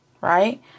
right